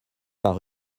par